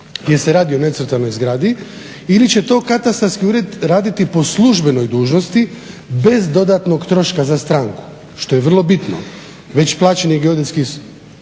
jer se radi o necrtanoj zgradi ili će to Katastarski ured raditi po službenoj dužnosti bez dodatnog troška za stranku, što je vrlo bitno, već plaćeni geodetski